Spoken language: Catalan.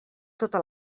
tota